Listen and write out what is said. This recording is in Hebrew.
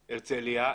הרצליה,